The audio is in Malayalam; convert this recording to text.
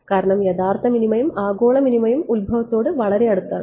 കാരണം യഥാർത്ഥ മിനിമയും ആഗോള മിനിമയും ഉത്ഭവത്തോട് വളരെ അടുത്താണ്